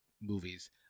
movies